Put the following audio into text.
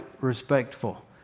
respectful